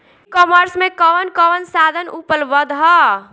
ई कॉमर्स में कवन कवन साधन उपलब्ध ह?